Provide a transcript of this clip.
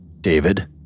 David